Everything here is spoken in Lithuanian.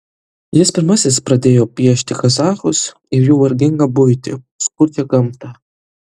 jis pirmasis pradėjo piešti kazachus ir jų vargingą buitį skurdžią gamtą